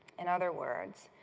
in other words,